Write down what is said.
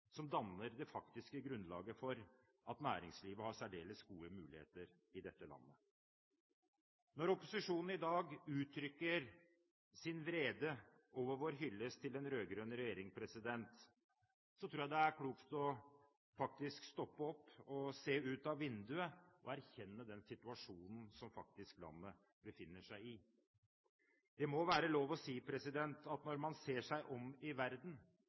som danner det faktiske grunnlaget for at næringslivet har særdeles gode muligheter i dette landet. Når opposisjonen i dag uttrykker sin vrede over vår hyllest til den rød-grønne regjeringen, tror jeg det er klokt å stoppe opp og se ut av vinduet og erkjenne den situasjonen landet faktisk befinner seg i. Det må være lov å si at når man ser seg om i verden